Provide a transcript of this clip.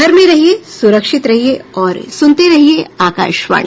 घर में रहिये सुरक्षित रहिये और सुनते रहिये आकाशवाणी